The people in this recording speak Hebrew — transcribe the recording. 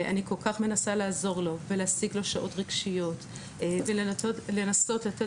אני כל כך מנסה לעזור לו ולהשיג לו שעות רגשיות ולנסות לתת